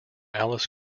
alice